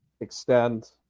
extend